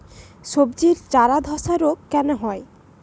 সবজির চারা ধ্বসা রোগ কেন হয়?